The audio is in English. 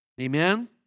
Amen